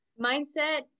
Mindset